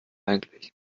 eigentlich